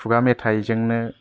खुगा मेथाय जोंनो